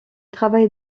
travaille